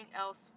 else